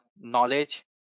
knowledge